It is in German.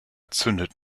zündet